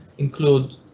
include